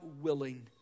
willing